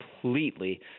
completely